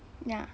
ya